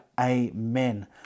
Amen